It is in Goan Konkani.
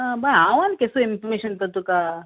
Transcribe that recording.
आं बाय हांव केसो इन्फॉमेशन कर तुका